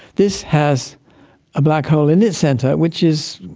this has a black hole in its centre which is,